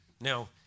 Now